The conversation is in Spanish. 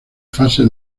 fase